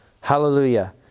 Hallelujah